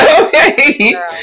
Okay